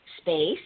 space